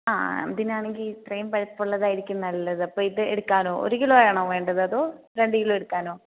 ആ അതിനാണെങ്കിൽ ഇത്രയും പഴുപ്പ് ഉള്ളതായിരിക്കും നല്ലത് അപ്പോൾ ഇത് എടുക്കാമല്ലോ ഒരു കിലോ ആണോ വേണ്ടത് അതോ രണ്ടു കിലോ എടുക്കണോ